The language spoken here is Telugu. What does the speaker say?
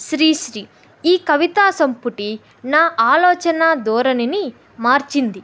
శ్రీశ్రీ ఈ కవితా సంంపుటి నా ఆలోచనా దోరణిని మార్చింది